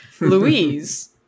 Louise